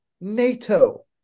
NATO